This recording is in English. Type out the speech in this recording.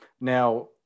now